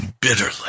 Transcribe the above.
bitterly